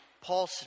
Paul